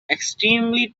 extremely